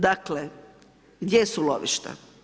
Dakle, gdje su lovišta?